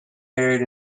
buried